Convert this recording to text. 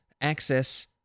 access